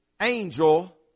angel